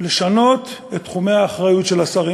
ולשנות את תחומי האחריות של השרים.